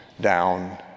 down